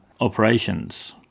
operations